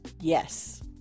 Yes